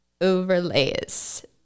overlays